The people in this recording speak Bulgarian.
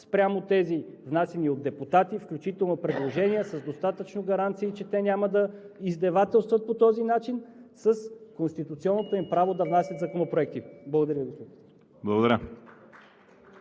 спрямо тези, внасяни от депутати, включително предложения с достатъчно гаранции, че те няма да издевателстват по този начин с конституционното им право да внасят законопроекти. (Председателят дава